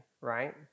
right